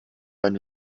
beim